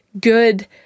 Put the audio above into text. good